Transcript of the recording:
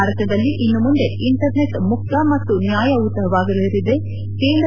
ಭಾರತದಲ್ಲಿ ಇನ್ನುಮುಂದೆ ಇಂಟರ್ನೆಟ್ ಮುಕ್ತ ಮತ್ತು ನ್ಯಾಯಯುತವಾಗಿರಲಿದೆ ಕೇಂದ್ರ